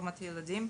רפורמת ילדים,